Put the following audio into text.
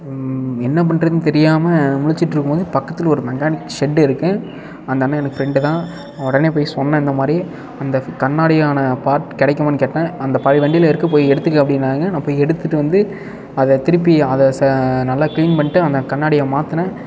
என்ன பண்றது தெரியாமல் முழிச்சிட்ருக்கும் போது பக்கத்தில் ஒரு மெக்கானிக் செட் இருக்குது அந்த அண்ணன் எனக்கு ஃபிரெண்ட் தான் உடனே போய் சொன்ன இந்த மாதிரி அந்த கண்ணாடியான பார்ட் கிடக்குமானு கேட்ட அந்த பழைய வண்டியில் இருக்குது போய் எடுத்துக்க அப்படினாங்க நான் போய் எடுத்துட்டு வந்து அதை திருப்பி அதை நல்லா கிளீன் பண்ணிட்டு அந்த கண்ணாடியை மாற்றினேன்